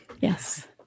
Yes